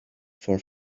for